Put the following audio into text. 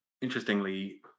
Interestingly